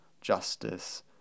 justice